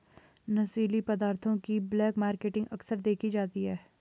नशीली पदार्थों की ब्लैक मार्केटिंग अक्सर देखी जाती है